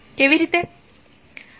કેવી રીતે